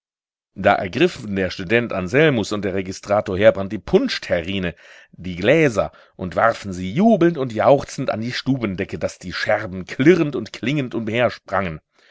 da ergriffen der student anselmus und der registrator heerbrand die punschterrine die gläser und warfen sie jubelnd und jauchzend an die stubendecke daß die scherben klirrend und klingend